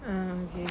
um